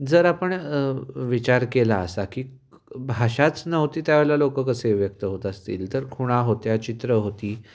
जर आपण विचार केला असा की भाषाच नव्हती त्यावेळेला लोक कसे व्यक्त होत असतील तर खुणा होत्या चित्रं होती